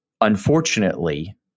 Unfortunately